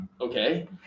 okay